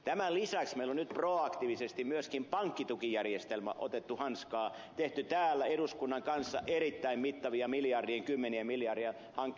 tämän lisäksi meillä on nyt proaktiivisesti myöskin pankkitukijärjestelmä otettu hanskaan tehty täällä eduskunnan kanssa erittäin mittava miljardien kymmenien miljardien hanke